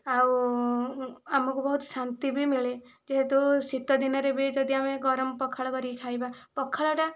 ଆଉ ଆମକୁ ବହୁତ ଶାନ୍ତି ବି ମିଳେ ଯେହେତୁ ଶୀତଦିନରେ ବି ଯଦି ଆମେ ଗରମ ପଖାଳ କରିକି ଖାଇବା ପଖାଳ ଟା